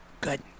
good